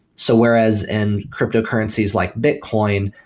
so whereas in cryptocurrencies like bitcoin,